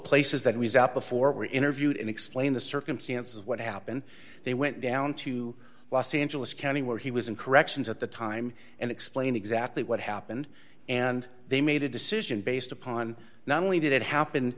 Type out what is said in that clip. places that was out before were interviewed and explained the circumstances what happened they went down to los angeles county where he was in corrections at the time and explain exactly what happened and they made a decision based upon not only did it happen